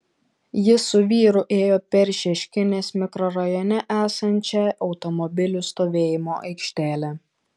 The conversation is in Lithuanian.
ji su vyru ėjo per šeškinės mikrorajone esančią automobilių stovėjimo aikštelę